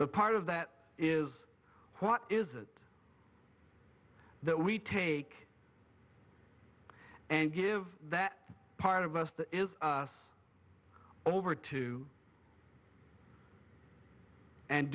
but part of that is what is it that we take and give that part of us that is us over to and